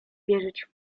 wierzyć